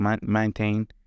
maintain